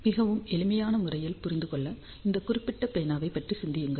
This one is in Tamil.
மிகவும் எளிமையான முறையில் புரிந்து கொள்ள இந்த குறிப்பிட்ட பேனாவைப் பற்றி சிந்தியுங்கள்